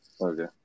Okay